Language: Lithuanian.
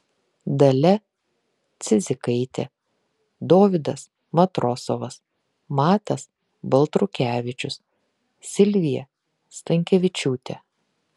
dalia cidzikaitė dovydas matrosovas matas baltrukevičius silvija stankevičiūtė